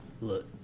Look